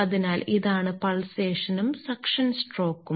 അതിനാൽ ഇതാണ് പൾസേഷനും സക്ഷൻ സ്ട്രോക്കും